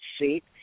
seat